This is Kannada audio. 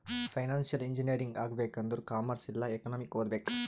ಫೈನಾನ್ಸಿಯಲ್ ಇಂಜಿನಿಯರಿಂಗ್ ಆಗ್ಬೇಕ್ ಆಂದುರ್ ಕಾಮರ್ಸ್ ಇಲ್ಲಾ ಎಕನಾಮಿಕ್ ಓದ್ಬೇಕ್